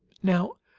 now,